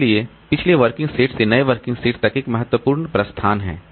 इसलिए पिछले working set से नए वर्किंग सेट तक एक महत्वपूर्ण प्रस्थान है